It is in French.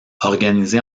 organisés